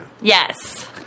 Yes